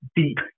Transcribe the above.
deep